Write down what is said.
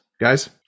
guys